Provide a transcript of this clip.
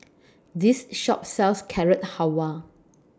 This Shop sells Carrot Halwa